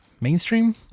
mainstream